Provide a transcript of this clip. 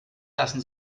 lassen